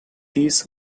this